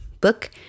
book